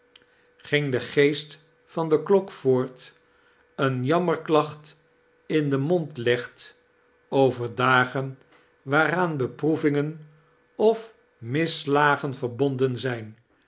ging de geest van de klok voort een jammerklacht in den mond legt over dagen waaraan beproevirigen of misslagen verbonden zijn